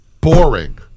boring